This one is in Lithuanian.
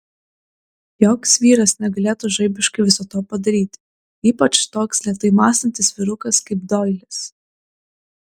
joks vyras negalėtų žaibiškai viso to padaryti ypač toks lėtai mąstantis vyrukas kaip doilis